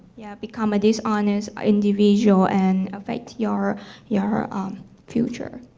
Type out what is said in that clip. yeah become a dishonest individual, and affect your your um future.